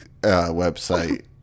website